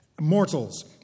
mortals